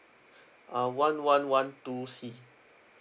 uh one one one two C